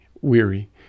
Weary